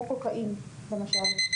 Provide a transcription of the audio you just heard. כמו קוקאין למשל,